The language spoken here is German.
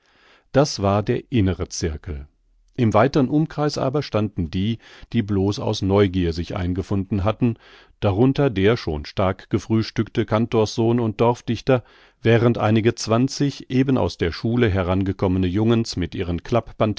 das war der innere zirkel im weitern umkreis aber standen die die blos aus neugier sich eingefunden hatten darunter der schon stark gefrühstückte kantorssohn und dorfdichter während einige zwanzig eben aus der schule herangekommene jungens mit ihren